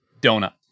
donut